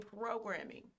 programming